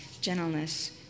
gentleness